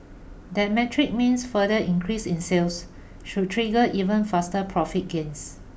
that metric means further increases in sales should trigger even faster profit gains